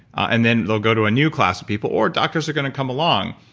and then they'll go to a new class of people, or doctors are going to come along.